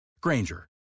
Granger